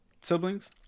siblings